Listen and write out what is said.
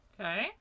okay